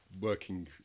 working